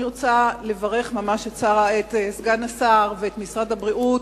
אני רוצה לברך ממש את סגן השר ואת משרד הבריאות